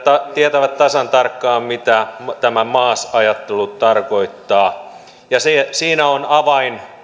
tietävät tasan tarkkaan mitä tämä maas ajattelu tarkoittaa siinä on avain